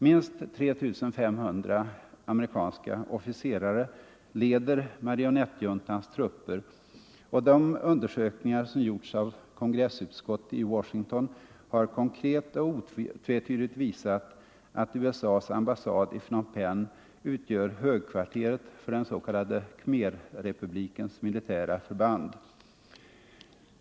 Minst 3 500 amerikanska officerare leder marionettjuntans trupper, och de undersökningar som gjorts av kongressutskott i Washington har konkret och otvetydigt visat att USA:s ambassad i Phnom Penh utgör högkvarteret för den s.k. Khmerrepublikens militära förband.